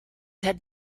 had